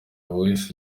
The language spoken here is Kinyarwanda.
wahise